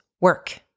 work